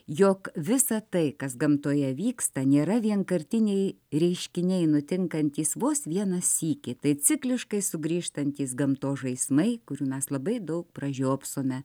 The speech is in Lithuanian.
jog visa tai kas gamtoje vyksta nėra vienkartiniai reiškiniai nutinkantys vos vieną sykį tai cikliškai sugrįžtantys gamtos žaismai kurių mes labai daug pražiopsome